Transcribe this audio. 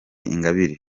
ingabire